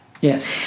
Yes